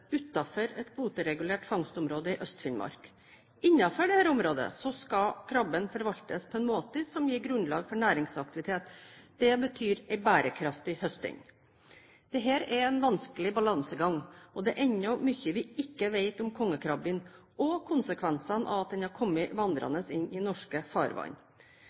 utenfor et kvoteregulert fangstområde i Øst-Finnmark. Innenfor dette området skal krabben forvaltes på en måte som gir grunnlag for næringsaktivitet. Det betyr en bærekraftig høsting. Dette er en vanskelig balansegang, og det er ennå mye vi ikke vet om kongekrabben og konsekvensene av at den har kommet vandrende inn i norske farvann.